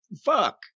fuck